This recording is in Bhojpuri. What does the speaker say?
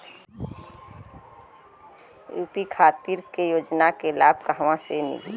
यू.पी खातिर के योजना के लाभ कहवा से मिली?